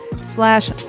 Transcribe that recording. slash